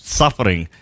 suffering